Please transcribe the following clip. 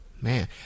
Man